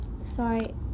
sorry